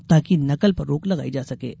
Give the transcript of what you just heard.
ताकि नकल पर रोक लगाई जा सकेगी